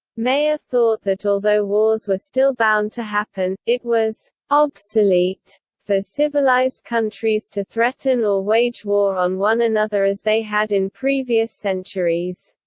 mayer thought that although wars were still bound to happen, it was obsolete for civilised countries to threaten or wage war on one another as they had in previous centuries.